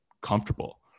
comfortable